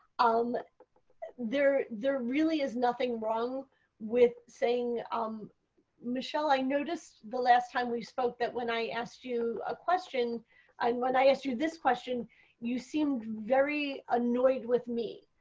um there there really is nothing wrong with saying um michelle, i noticed the last time we spoke that when i asked you a question and when i asked you this question you seemed very annoyed with me.